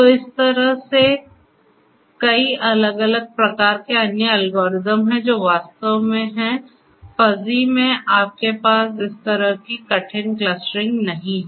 तो इस तरह से कई अलग अलग प्रकार के अन्य एल्गोरिदम हैं जो वास्तव में हैं फजी में आपके पास इस तरह की कठिन क्लस्टरिंग नहीं है